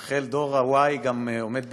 רחל, דור ה-y גם עומד בפקקים,